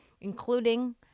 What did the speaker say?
including